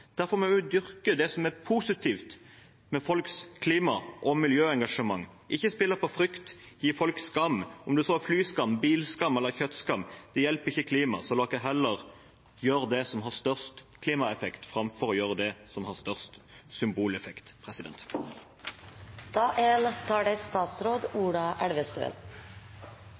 Derfor må vi også dyrke det som er positivt med folks klima- og miljøengasjement, ikke spille på frykt, gi folk skam, om det er flyskam, bilskam eller kjøttskam. Det hjelper ikke klimaet, så la oss heller gjøre det som har størst klimaeffekt, framfor å gjøre det som har størst symboleffekt.